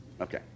Okay